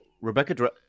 Rebecca